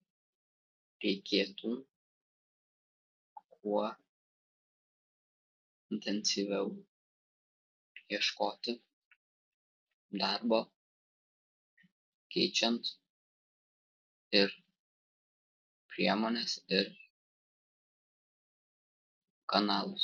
reikėtų kuo intensyviau ieškoti darbo keičiant ir priemones ir kanalus